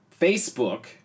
Facebook